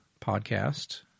podcast